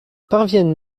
parviennent